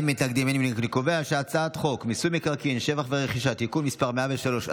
חוק מיסוי מקרקעין (שבח ורכישה) (תיקון מס' 103),